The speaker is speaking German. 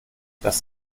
das